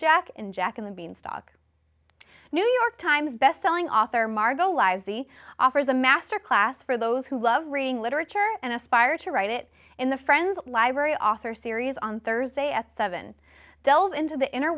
the beanstalk new york times best selling author margo lives offers a master class for those who love reading literature and aspire to write it in the friends library author series on thursday at seven delve into the inner